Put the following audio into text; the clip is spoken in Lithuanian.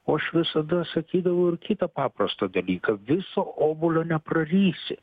o aš visada sakydavau ir kitą paprastą dalyką viso obuolio ne prarysi